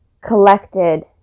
collected